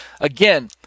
Again